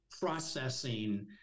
processing